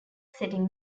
setting